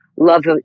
love